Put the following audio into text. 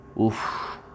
Oof